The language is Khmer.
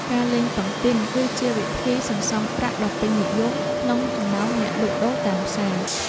ការលេងតុងទីនគឺជាវិធីសន្សំប្រាក់ដ៏ពេញនិយមក្នុងចំណោមអ្នកលក់ដូរតាមផ្សារ។